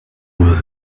with